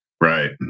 Right